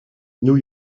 new